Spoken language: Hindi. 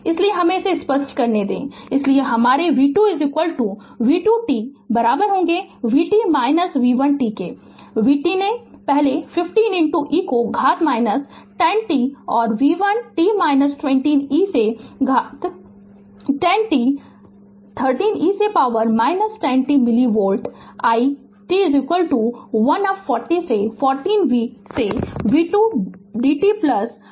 इसलिए हमे इसे स्पष्ट करने दे इसलिए हमारे v 2 v 2 t vt v 1 t vt ने पहले 50 e को घात 10 t और v 1 t 20 e से घात 10 t 30 e से पावर 10 t मिली वोल्ट i 1 टी 1 अप 4 0 से4 0 to v 2 dt plus i 1 0 होगा